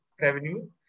revenue